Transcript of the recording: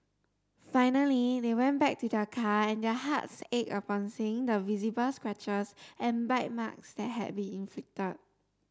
finally they went back to their car and their hearts ached upon seeing the visible scratches and bite marks that had been inflicted